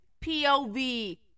P-O-V